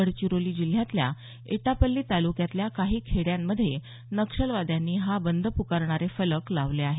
गडचिरोली जिल्ह्यातील इटापछ्ठी तालुक्यातील काही खेड्यांमध्ये नक्षलवाद्यांनी हा बंद पुकारणारे फलक लावले आहेत